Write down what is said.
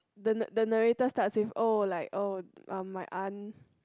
the na~ the narrator starts with oh like oh um my aunt